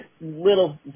little